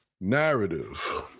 narrative